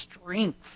strength